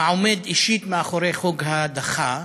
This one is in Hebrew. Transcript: העומד אישית מאחורי חוק ההדחה,